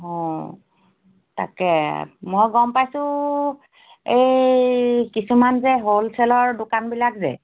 অ তাকে মই গম পাইছোঁ এই কিছুমান যে হ'লচেলৰ দোকানবিলাক যে